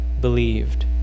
believed